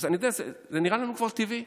אני יודע, זה נראה לנו כבר טבעי.